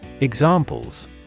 Examples